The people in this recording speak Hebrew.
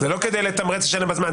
זה לא כדי לתמרץ לשלם בזמן.